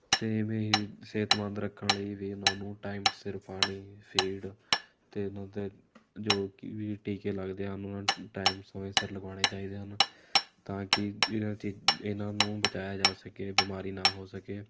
ਅਤੇ ਇਵੇਂ ਹੀ ਸਿਹਤਮੰਦ ਰੱਖਣ ਲਈ ਵੀ ਉਨ੍ਹਾਂ ਨੂੰ ਟਾਈਮ ਸਿਰ ਪਾਣੀ ਫੀਡ ਅਤੇ ਉਨ੍ਹਾਂ ਦਾ ਜੋ ਕਿ ਵੀ ਟੀਕੇ ਲੱਗਦੇ ਹਨ ਉਹਨਾ ਨੂੰ ਟਾਈਮ ਸਮੇਂ ਸਿਰ ਲਗਾਉਣੇ ਚਾਹੀਦੇ ਹਨ ਤਾਂ ਕਿ ਇਨ੍ਹਾਂ 'ਚ ਇਨ੍ਹਾਂ ਨੂੰ ਬਚਾਇਆ ਜਾ ਸਕੇ ਬਿਮਾਰੀ ਨਾ ਹੋ ਸਕੇ